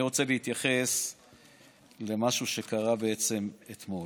אני רוצה להתייחס למה שקרה אתמול.